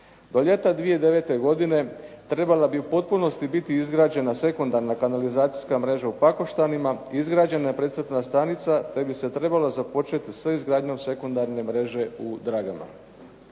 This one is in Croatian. Do ljeta 2009. godine trebala bi u potpunosti biti izgrađena sekundarna kanalizacijska mreža u Pakoštanima izgrađena predcrpna stanica, te bi se trebalo započeti sa izgradnjom sekundarne mreže u Dragama.